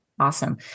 Awesome